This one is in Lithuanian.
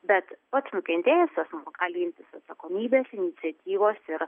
bet pats nukentėjęs asmuo gali imtis atsakomybės iniciatyvos ir